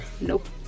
nope